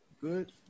Good